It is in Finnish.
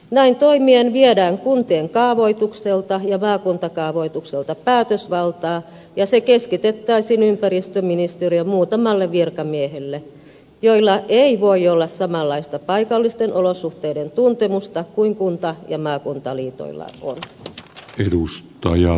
näin toimien viedään kuntien kaavoitukselta ja maakuntakaavoitukselta päätösvaltaa ja se keskitettäisiin ympäristöministeriön muutamalle virkamiehelle joilla ei voi olla samanlaista paikallisten olosuhteiden tuntemusta kuin kunta ja maakuntaliitoilla on